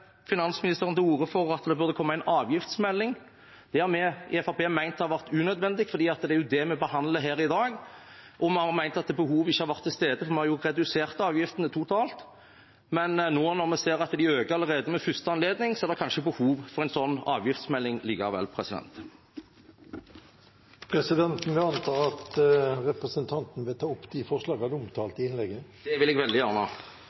finansministeren også til orde for at det burde komme en avgiftsmelding. Vi i Fremskrittspartiet har ment at det har vært unødvendig fordi det er det vi behandler her i dag. Vi har ment at behovet ikke har vært til stede fordi vi har redusert avgiftene totalt, men nå når vi ser at de øker allerede ved første anledning, er det kanskje behov for en avgiftsmelding likevel. Presidenten antar at representanten vil ta opp de forslag han omtalte i innlegget. Det vil jeg veldig gjerne.